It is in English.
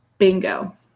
Bingo